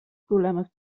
problemes